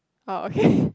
oh okay